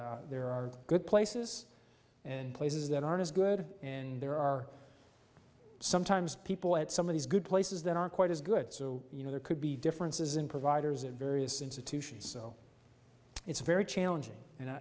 there are good places and places that aren't as good and there are sometimes people at some of these good places that aren't quite as good so you know there could be differences in providers at various institutions so it's very challenging and